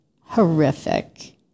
horrific